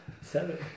Seven